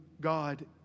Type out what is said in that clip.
God